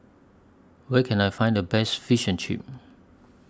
Where Can I Find The Best Fish and Chips